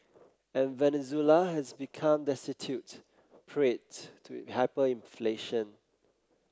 and Venezuela has become destitute to hyperinflation